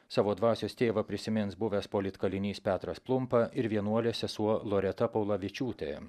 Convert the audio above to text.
savo dvasios tėvą prisimins buvęs politkalinys petras plumpa ir vienuolė sesuo loreta paulavičiūtė